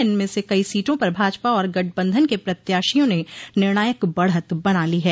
इनमें से कई सीटों पर भाजपा और गठबंधन के प्रत्याशियों ने निर्णायक बढ़त बना ली है